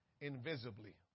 invisibly